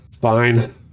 Fine